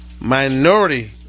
Minority